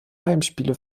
heimspiele